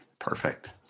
Perfect